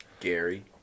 Gary